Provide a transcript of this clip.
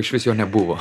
išvis jo nebuvo